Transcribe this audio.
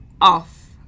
off